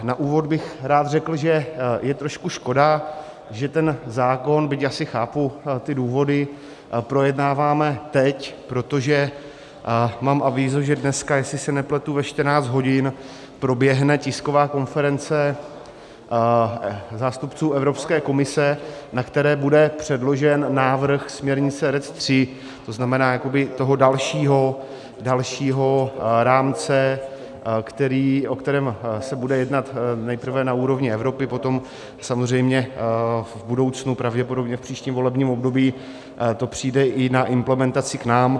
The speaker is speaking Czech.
Na úvod bych rád řekl, že je trošku škoda, že ten zákon, byť asi chápu ty důvody, projednáváme teď, protože mám avízo, že dneska, jestli se nepletu, ve 14 hodin proběhne tisková konference zástupců Evropské komise, na které bude předložen návrh směrnice RED III, to znamená dalšího rámce, o kterém se bude jednat nejprve na úrovni Evropy, potom samozřejmě v budoucnu, pravděpodobně v příštím volebním období, to přijde i na implementaci k nám.